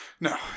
No